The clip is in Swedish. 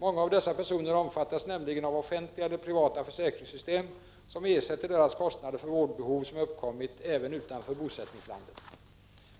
Många av dessa personer omfattas nämligen av offentliga eller privata försäkringssystem som ersätter deras kostnader för vårdbehov som uppkommit även utanför bosättningslandet.